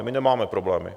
My nemáme problémy.